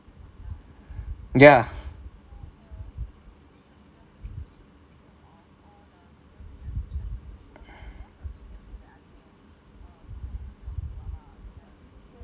ya